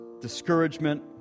discouragement